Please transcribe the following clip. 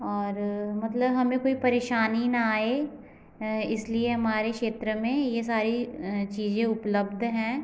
और मतलब हमें कोई परेशानी न आए इसलिए हमारे क्षेत्र में यह सारी चीज़ें उपलब्ध हैं